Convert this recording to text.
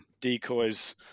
decoys